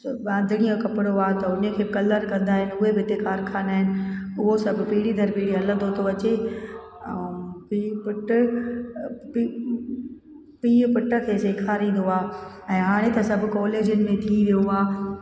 वांधणियूं कपिड़ो आहे त हुनखे कलर कंदा आहिनि उहे बि हिते कारखाना आहिनि उहो सभु पीढ़ी दर पीढ़ी हलंदो थो अचे ऐं पीउ पुटु पी पीउ पुटु खे सेखारींदो आहे ऐं हाणे त सभु कॉलेजनि में थी वियो आहे